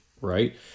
right